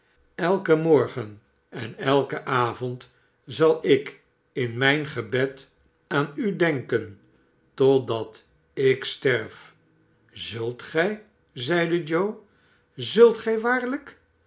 elken morgen en elken avond zal ik in mijn gebed aan u denken totdat ik sterf zult gijr zeide joe zult